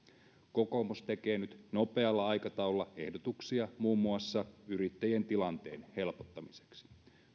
kokoomus tekee nyt nopealla aikataululla ehdotuksia muun muassa yrittäjien tilanteen helpottamiseksi